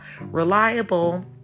reliable